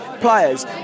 players